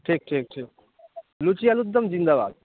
ঠিক ঠিক ঠিক লুচি আলুরদম জিন্দাবাদ